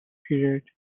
period